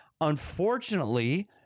Unfortunately